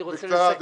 אני רוצה לסכם.